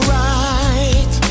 right